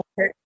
okay